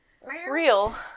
real